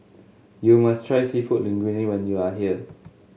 you must try seafood Linguine when you are here